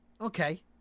Okay